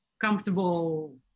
comfortable